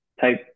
type